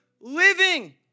living